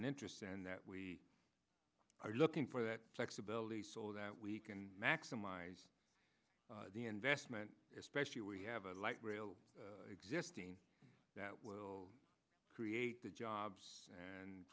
an interest and that we are looking for that flexibility so that we can maximize the investment especially we have a light rail existing that will create the jobs and